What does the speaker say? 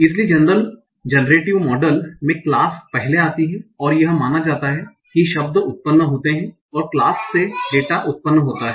इसलिए general generative model में class पहले आती है और यह माना जाता है कि शब्द उत्पन्न होते हैं क्लास से डेटा उत्पन्न होता है